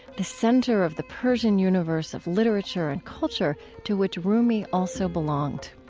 the center of the persian universe of literature and culture to which rumi also belonged